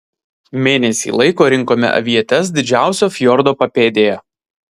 mėnesį laiko rinkome avietes didžiausio fjordo papėdėje